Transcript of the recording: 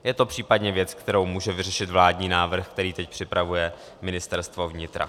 Je to případně věc, kterou může vyřešit vládní návrh, který teď připravuje Ministerstvo vnitra.